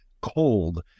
Cold